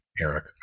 Eric